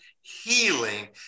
healing